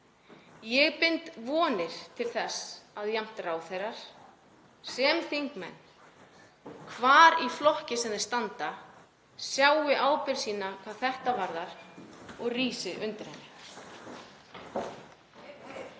Ég bind vonir við að ráðherrar jafnt sem þingmenn, hvar í flokki sem þeir standa, sjái ábyrgð sína hvað þetta varðar og rísi undir henni.